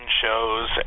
shows